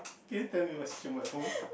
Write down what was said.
can you tell me whats